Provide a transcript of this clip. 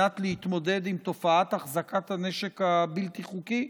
להתמודד עם תופעת החזקת הנשק הבלתי-חוקי?